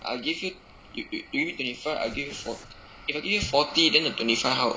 I give you yo~ yo~ need twenty five I give you for~ if I give you forty then the twenty five how